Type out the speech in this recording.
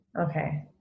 okay